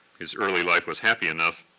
his early life was happy enough,